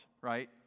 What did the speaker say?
right